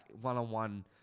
one-on-one